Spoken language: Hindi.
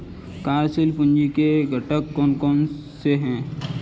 कार्यशील पूंजी के घटक कौन कौन से हैं?